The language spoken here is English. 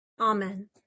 Amen